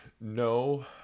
no